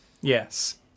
Yes